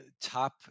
top